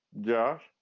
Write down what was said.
josh